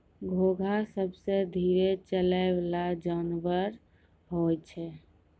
घोंघा सबसें धीरे चलै वला जानवर होय छै